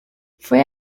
fue